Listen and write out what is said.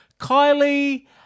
Kylie